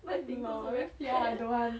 hor !wah! I don't want